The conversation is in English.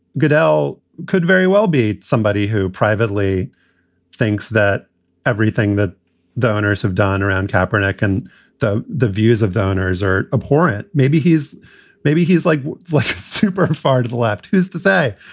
goodell could very well be somebody who privately thinks that everything that donors have done around capron. i can the the views of donors are abhorrent. maybe he's maybe he's like like super far to the left. who's to say.